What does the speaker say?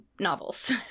novels